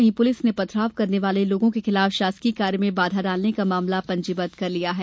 वहीं पुलिस ने पथराव करने वाले लोगों के खिलाफ शासकीय कार्य में बाधा डालने का मामला पंजीबद्ध किया है